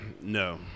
no